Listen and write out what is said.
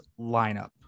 lineup